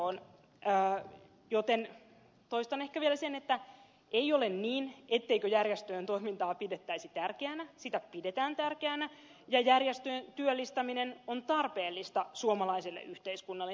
toistan ehkä vielä sen että ei ole niin ettei järjestöjen toimintaa pidettäisi tärkeänä sitä pidetään tärkeänä ja järjestöjen työllistäminen on tarpeellista suomalaiselle yhteiskunnalle